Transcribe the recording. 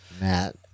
Matt